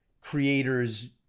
creator's